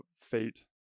Fate